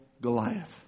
Goliath